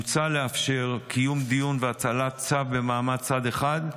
מוצע לאפשר קיום דיון והטלת צו במעמד צד אחד,